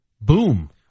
Boom